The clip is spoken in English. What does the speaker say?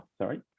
sorry